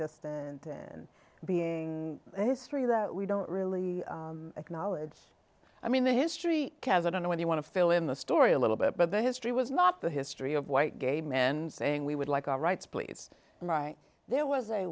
distant and being a history that we don't really acknowledge i mean the history has i don't know when you want to fill in the story a little bit but the history was not the history of white gay men saying we would like our rights please right there was a